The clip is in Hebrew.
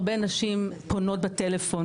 הרבה נשים פונות בטלפון,